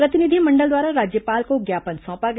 प्रतिनिधिमंडल द्वारा राज्यपाल को ज्ञापन सौंपा गया